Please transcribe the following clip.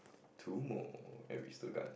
two more and we still got